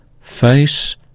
face